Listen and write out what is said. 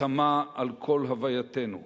וחותמה על כל הווייתנו.